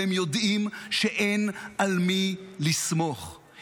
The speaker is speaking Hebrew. והם יודעים שאין על מי לסמוך.